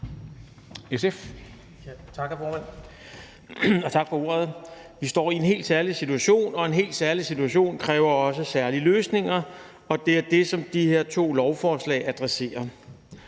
ordet, hr. formand. Vi står i en helt særlig situation, og en helt særlig situation kræver også særlige løsninger, og det er det, som de her to lovforslag adresserer.